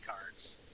cards